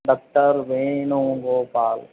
doctor Venugopal